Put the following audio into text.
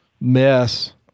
mess